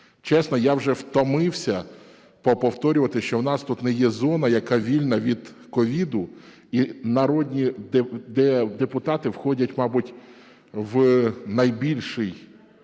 Чесно, я вже втомився повторювати, що у нас тут не є зона, яка вільна від COVID, і народні депутати входять, мабуть, в найбільший